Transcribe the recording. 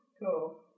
Cool